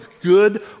good